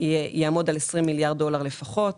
יעמוד על 20 מיליארד דולר לפחות,